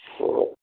ꯍꯣꯏ